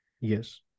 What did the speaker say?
Yes